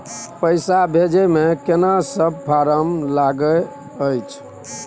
पैसा भेजै मे केना सब फारम लागय अएछ?